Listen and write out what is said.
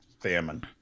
famine